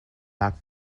back